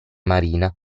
marina